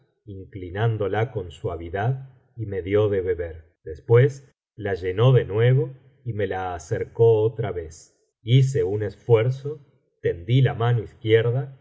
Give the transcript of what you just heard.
labios inclinándola con suavidad y me dio de beber después la llenó de nuevo y me la acercó otra vez hice un esfuerzo tendí la mano izquierda